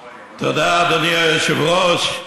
תודה, אדוני היושב-ראש.